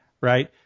Right